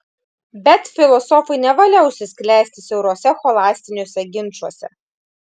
bet filosofui nevalia užsisklęsti siauruose scholastiniuose ginčuose